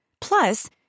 Plus